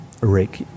Rick